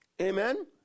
Amen